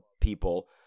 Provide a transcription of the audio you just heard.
people